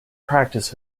practice